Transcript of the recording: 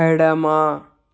ఎడమ